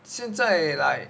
现在 like